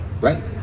Right